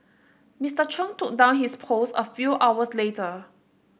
Mister Chung took down his post a few hours later